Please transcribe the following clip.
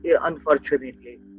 unfortunately